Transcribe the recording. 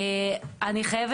היא אחריות ארגונית.